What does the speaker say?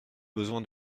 besoin